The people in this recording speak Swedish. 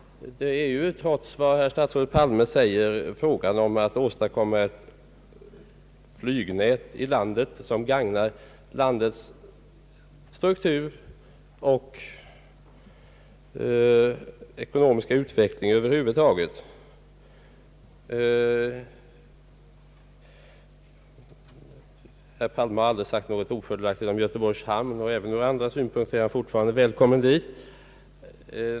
Trots vad statsrådet Palme säger är det fråga om att i landet åstadkomma ett flygnät som gagnar landets struktur och ekonomiska utveckling över huvud taget. Herr Palme har aldrig sagt något ofördelaktigt om Göteborgs hamn, och även ur andra synpunkter är han fortfarande välkommen dit.